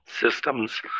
Systems